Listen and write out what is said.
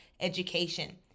education